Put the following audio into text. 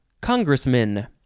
congressman